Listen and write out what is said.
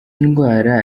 indwara